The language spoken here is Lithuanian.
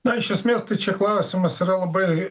na iš esmės tai čia klausimas yra labai